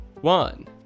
one